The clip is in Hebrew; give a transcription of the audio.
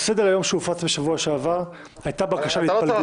בסדר היום שהופץ בשבוע שעבר הייתה בקשה להתפלגות.